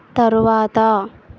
తరువాత